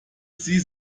sie